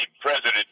president